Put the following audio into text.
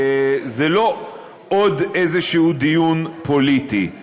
היא לא עוד איזשהו דיון פוליטי.